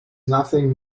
nothing